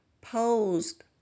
posed